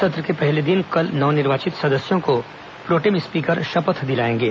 सत्र के पहले दिन कल नव निर्वाचित सदस्यों को प्रोटेम स्पीकर शपथ दिलाएंगे